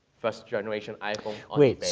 first-generation iphone. wait, so,